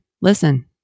listen